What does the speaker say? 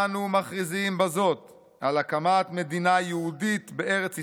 אנו מכריזים בזאת על הקמת מדינה יהודית בארץ ישראל,